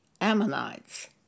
Ammonites